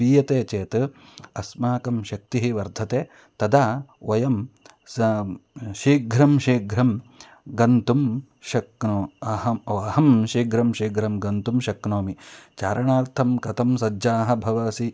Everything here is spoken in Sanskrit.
पीयते चेत् अस्माकं शक्तिः वर्धते तदा वयं सह शीघ्रं शीघ्रं गन्तुं शक्नुमः अहम् अहं शीघ्रं शीघ्रं गन्तुं शक्नोमि चारणार्थं कथं सज्जः भवसि